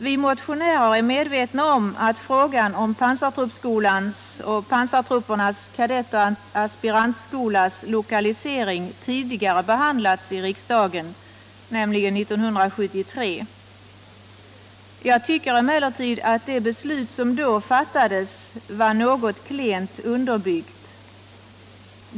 Vi motionärer är medvetna om att frågan om pansartruppskolans och pansartruppernas kadettoch aspirantskolas lokalisering tidigare behandlats i riksdagen, nämligen 1973. Jag tycker emellertid att det beslut som då fattades var något klent underbyggt.